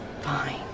fine